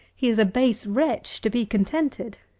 he is a base wretch to be contented.